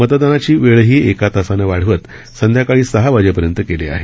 मतदानाची वेळही एक तासाने वाढवत संध्याकाळी सहा वाजेपर्यंत केली आहे